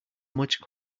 much